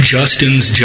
Justin's